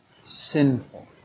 sinful